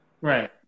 Right